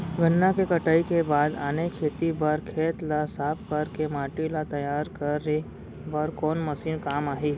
गन्ना के कटाई के बाद आने खेती बर खेत ला साफ कर के माटी ला तैयार करे बर कोन मशीन काम आही?